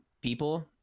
people